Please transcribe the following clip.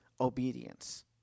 obedience